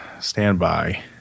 standby